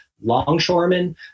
longshoremen